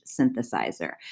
synthesizer